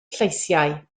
lleisiau